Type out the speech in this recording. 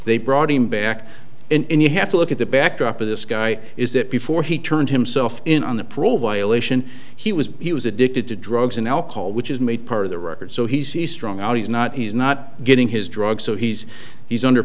they brought him back and you have to look at the backdrop of this guy is that before he turned himself in on the parole violation he was he was addicted to drugs and alcohol which is made part of the record so he's strong out he's not he's not getting his drugs so he's he's under